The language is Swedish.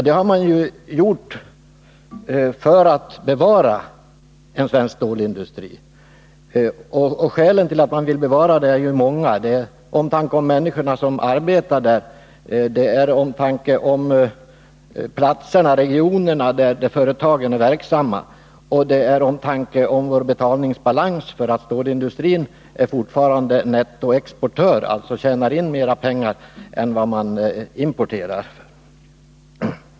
Det har man gjort för att bevara en svensk stålindustri, och skälen till att man vill bevara den är många. Det är omtanke om människorna som arbetar där, det är omtanke om regionerna där företagen är verksamma och det är omtanke om vår betalningsbalans. Stålindustrin är ju fortfarande nettoexportör och tjänar alltså in mera pengar än man importerar för.